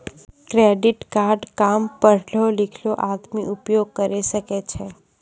Credit card काम पढलो लिखलो आदमी उपयोग करे सकय छै?